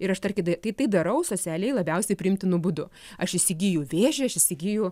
ir aš tarki tatai darau socialiai labiausiai priimtinu būdu aš įsigyju vėžį aš įsigyju